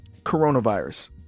coronavirus